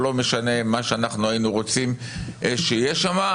או לא משנה מה שהיינו רוצים שיהיה שם,